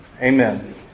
Amen